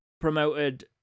promoted